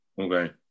Okay